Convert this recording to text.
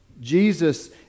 Jesus